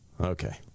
Okay